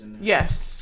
Yes